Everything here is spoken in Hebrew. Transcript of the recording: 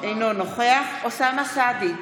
אינו נוכח אוסאמה סעדי,